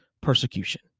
persecution